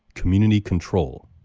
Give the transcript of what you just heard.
community control